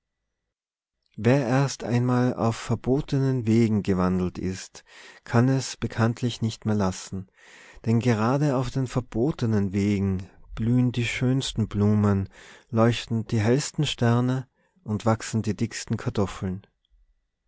wer erst einmal auf verbotenen wegen gewandelt ist kann es bekanntlich nicht mehr lassen denn gerade auf den verbotenen wegen blühen die schönsten blumen leuchten die hellsten sterne und wachsen die dicksten kartoffeln